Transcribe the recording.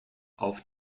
auf